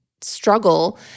struggle